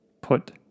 put